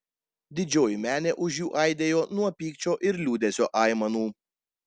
didžioji menė už jų aidėjo nuo pykčio ir liūdesio aimanų